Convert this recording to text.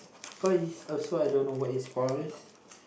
what is also I don't know what is cores